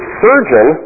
surgeon